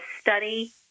study